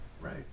right